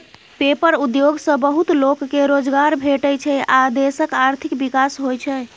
paper उद्योग सँ बहुत लोक केँ रोजगार भेटै छै आ देशक आर्थिक विकास होइ छै